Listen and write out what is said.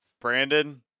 Brandon